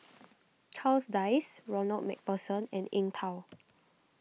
Charles Dyce Ronald MacPherson and Eng Tow